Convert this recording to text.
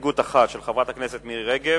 הסתייגות אחת של חברת הכנסת מירי רגב.